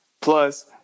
plus